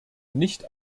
nicht